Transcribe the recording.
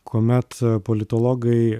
kuomet politologai